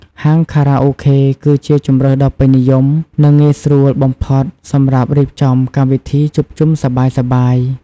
ហាងខារ៉ាអូខេ គឺជាជម្រើសដ៏ពេញនិយម និងងាយស្រួលបំផុតសម្រាប់រៀបចំ កម្មវិធីជួបជុំសប្បាយៗ។